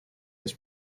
his